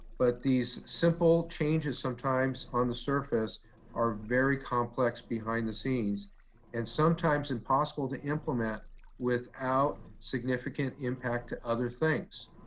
but these simple changes sometimes on the surface are very complex behind the scenes and sometimes impossible to implement without significant impact to other things.